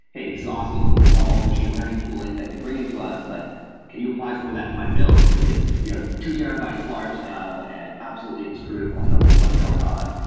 hey, this is awesome. we love all the machine learning tooling that you're bringing to us, but can you apply some of that to my build, because it's two terabytes large now and absolutely inscrutable? i don't know what's going on.